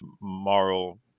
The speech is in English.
moral